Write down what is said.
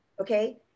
okay